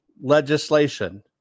Legislation